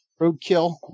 roadkill